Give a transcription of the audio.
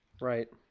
Right